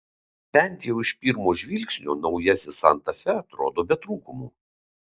bent jau iš pirmo žvilgsnio naujasis santa fe atrodo be trūkumų